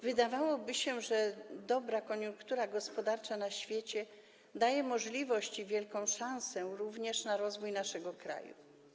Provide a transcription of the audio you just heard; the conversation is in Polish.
Wydawałoby się, że dobra koniunktura gospodarcza na świecie daje możliwość i wielką szansę również na rozwój naszego kraju.